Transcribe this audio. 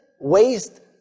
waste